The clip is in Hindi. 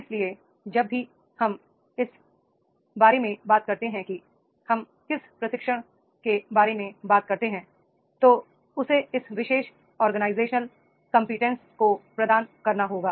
इसलिए जब भी हम इस बारे में बात करते हैं कि हम किस प्रशिक्षण के बारे में बात करते हैं तो उसे इस विशेष र्गेनाइजेशनल कंबटेंसी को प्रदान करना होगा